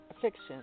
fiction